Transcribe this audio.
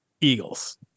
Eagles